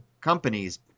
companies